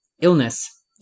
illness